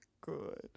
good